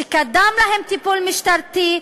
שקדם להם טיפול משטרתי.